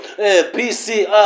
PCR